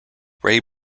ray